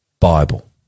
Bible